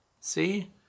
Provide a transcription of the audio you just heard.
see